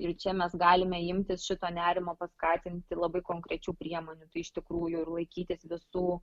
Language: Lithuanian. ir čia mes galime imtis šito nerimo paskatinti labai konkrečių priemonių tai iš tikrųjų ir laikytis visų